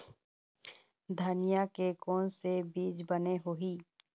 धनिया के कोन से बीज बने होही?